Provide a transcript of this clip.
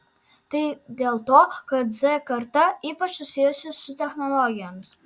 tai dėl to kad z karta ypač susijusi su technologijomis